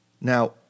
now